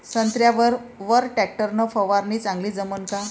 संत्र्यावर वर टॅक्टर न फवारनी चांगली जमन का?